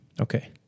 Okay